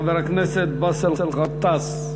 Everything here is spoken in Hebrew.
חבר הכנסת באסל גטאס.